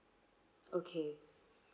okay